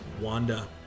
Wanda